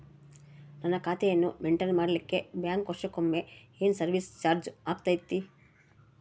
ನನ್ನ ಖಾತೆಯನ್ನು ಮೆಂಟೇನ್ ಮಾಡಿಲಿಕ್ಕೆ ಬ್ಯಾಂಕ್ ವರ್ಷಕೊಮ್ಮೆ ಏನು ಸರ್ವೇಸ್ ಚಾರ್ಜು ಹಾಕತೈತಿ?